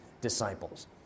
disciples